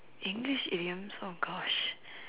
English idioms !oh-gosh!